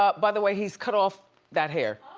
ah by the way, he's cut off that hair.